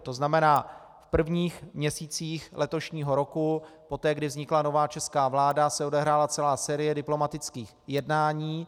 To znamená, v prvních měsících letošního roku, poté kdy vznikla nová česká vláda, se odehrála celá série diplomatických jednání.